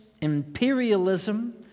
imperialism